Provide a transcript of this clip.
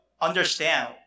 understand